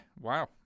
Wow